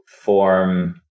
form